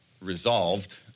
resolved